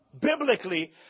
biblically